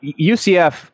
UCF